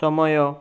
ସମୟ